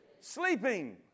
Sleeping